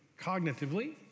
cognitively